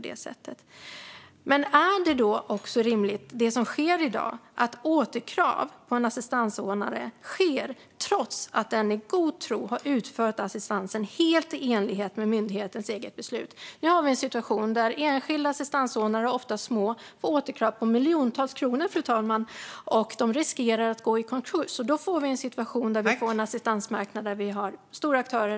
Men är det som sker i dag rimligt, det vill säga att återkrav på en assistansanordnare ställs trots att anordnaren i god tro har utfört assistansuppdraget helt i enlighet med myndighetens eget beslut? Nu finns situationen där enskilda assistansanordnare, oftast små, får återkrav på miljontals kronor, och de riskerar att gå i konkurs. Då blir det en assistansmarknad med enbart stora aktörer.